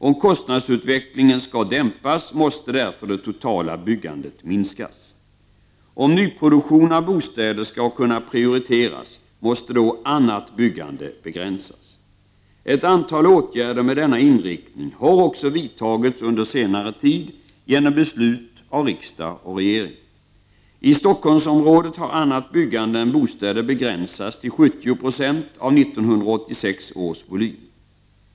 Om kostnadsutvecklingen skall dämpas måste därför det totala byggandet minskas. Om nyproduktionen av bostäder skall kunna prioriteras måste då annat byggande begränsas. Ett antal åtgärder med denna inriktning har också vidtagits under senare tid genom beslut av riksdag och regering. I Stockholmsområdet har annat byggande än bostäder begränsats till 70 96 av 1986 års volym.